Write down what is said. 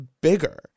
bigger